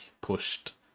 pushed